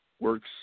works